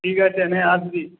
ঠিক আছে নে আসবি